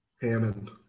Hammond